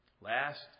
Last